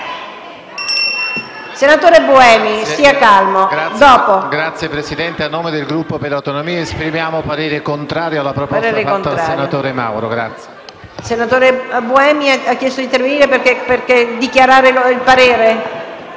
Senatore Buemi, stia calmo.